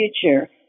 future